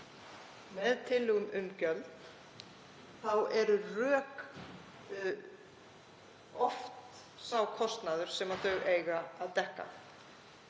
með tillögum um gjöld, þá eru rökin oft sá kostnaður sem þau eiga að dekka.